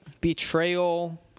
Betrayal